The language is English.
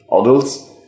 adults